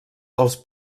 els